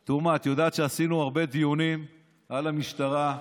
תומא, את יודעת שעשינו הרבה דיונים על המשטרה,